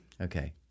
Okay